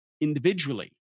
individually